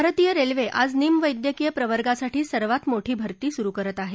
भारतीय रेल्वे आज निमवैद्यकीय प्रवर्गासाठी सर्वात मोठी भर्ती सुरु करत आहे